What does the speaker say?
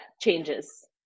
changes